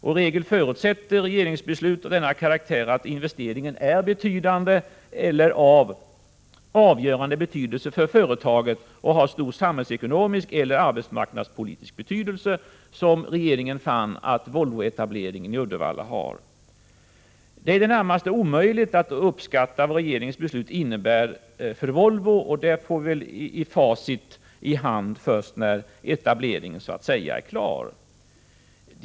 I regel förutsätter regeringsbeslut denna karaktär — att investeringen är betydande eller av avgörande betydelse för företaget och har stor samhällsekonomisk eller arbetsmarknadspolitisk betydelse — som regeringen fann att Volvoetableringen i Uddevalla har. Det är i det närmaste omöjligt att uppskatta vad regeringens beslut innebär för Volvo, och vi får väl facit i hand först när etableringen är klar.